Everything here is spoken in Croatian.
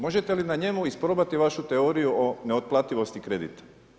Možete li na njemu isprobati vašu teoriju o neotplativosti kredita?